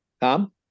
Tom